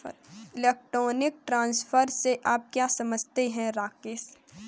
Electronic transfer से आप क्या समझते हैं, राकेश?